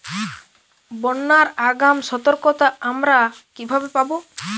বন্যার আগাম সতর্কতা আমরা কিভাবে পাবো?